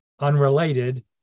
unrelated